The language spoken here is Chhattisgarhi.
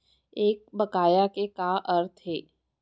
एक बकाया के का अर्थ हे?